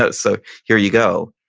ah so here you go.